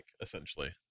essentially